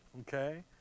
Okay